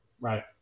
Right